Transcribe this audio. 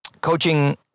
coaching